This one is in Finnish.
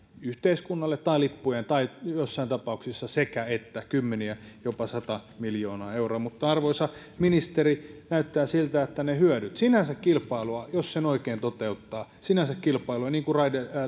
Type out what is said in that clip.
yhteiskunnalle tai lippujen hinnoissa tai joissain tapauksissa sekä että kymmeniä miljoonia jopa sata miljoonaa euroa mutta arvoisa ministeri näyttää siltä että sinänsä jos kilpailun oikein toteuttaa niin kuin